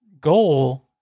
goal